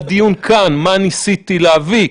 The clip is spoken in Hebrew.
לדיון כאן מה ניסיתי להביא,